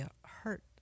hurt